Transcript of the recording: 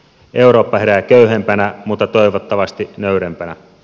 eurooppa herää köyhempänä mutta toivottavasti nöyrempänä